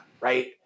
right